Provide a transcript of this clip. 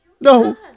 No